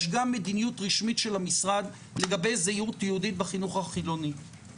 יש גם מדיניות רשמית של המשרד לגבי זהות יהודית בחינוך הממלכתי